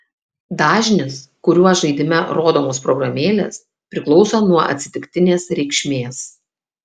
dažnis kuriuo žaidime rodomos programėlės priklauso nuo atsitiktinės reikšmės